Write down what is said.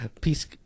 Peace